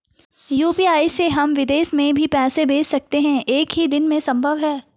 UPI से हम विदेश में भी पैसे भेज सकते हैं एक ही दिन में संभव है?